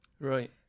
Right